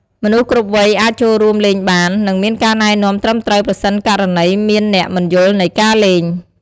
មនុស្សគ្រប់វ័យអាចចូលរួមលេងបាន និងមានការណែនាំត្រឹមត្រូវប្រសិនករណីមានអ្នកមិនយល់នៃការលេង។